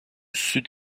sud